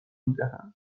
میدهند